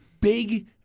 big